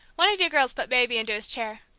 one of you girls put baby into his chair.